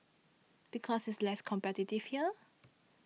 because it's less competitive here